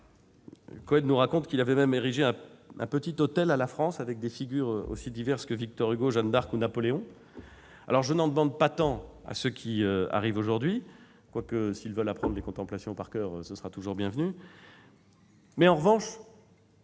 Cohen nous raconte qu'il avait même érigé un petit autel à la France, avec des figures aussi diverses que Victor Hugo, Jeanne d'Arc ou Napoléon. Je n'en demande pas tant à ceux qui arrivent aujourd'hui, quoique s'ils veulent apprendre par coeur, ce sera toujours bienvenu ! En revanche,